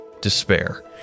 despair